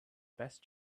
best